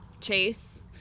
Chase